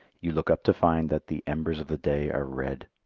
you look up to find that the embers of the day are red.